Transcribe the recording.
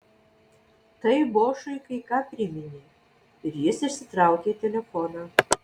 tai bošui kai ką priminė ir jis išsitraukė telefoną